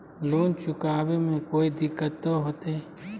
Loan चुकाने में कोई दिक्कतों होते?